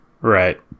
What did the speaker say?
Right